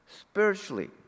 spiritually